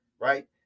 right